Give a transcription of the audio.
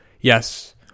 yes